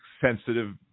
sensitive